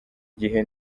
gihe